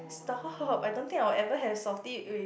stop I don't think I'll ever have softee with